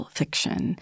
fiction